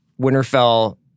Winterfell